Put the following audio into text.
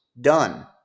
done